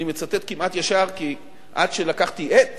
אני מצטט כמעט ישר, כי עד שלקחתי עט את